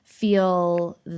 feel